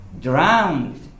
drowned